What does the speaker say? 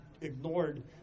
ignored